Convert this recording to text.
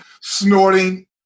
snorting